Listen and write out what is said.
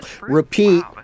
Repeat